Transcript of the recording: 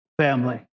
family